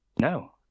no